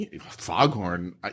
Foghorn